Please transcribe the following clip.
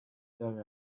دار